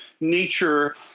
nature